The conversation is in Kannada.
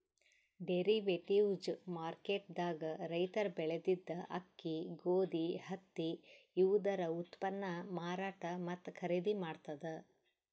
ಡೆರಿವೇಟಿವ್ಜ್ ಮಾರ್ಕೆಟ್ ದಾಗ್ ರೈತರ್ ಬೆಳೆದಿದ್ದ ಅಕ್ಕಿ ಗೋಧಿ ಹತ್ತಿ ಇವುದರ ಉತ್ಪನ್ನ್ ಮಾರಾಟ್ ಮತ್ತ್ ಖರೀದಿ ಮಾಡ್ತದ್